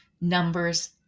numbers